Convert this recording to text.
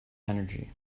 energy